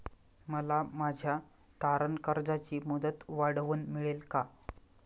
मला माझ्या तारण कर्जाची मुदत वाढवून मिळेल का?